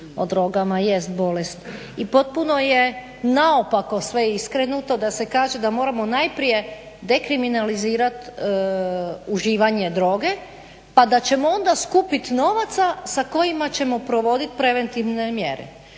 o drogama jest bolest i potpuno je naopako sve iskrenuto da se kaže da moramo najprije dekriminalizirat uživanje droge, pa da ćemo onda skupit novaca sa kojima ćemo provodit preventivne mjere.